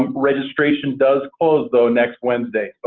um registration does close, though, next wednesday,